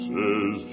Says